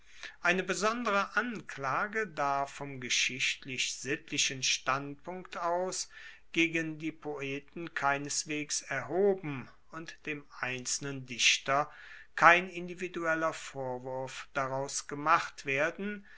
eine besondere anklage darf vom geschichtlich sittlichen standpunkt aus gegen die poeten keineswegs erhoben und dem einzelnen dichter kein individueller vorwurf daraus gemacht werden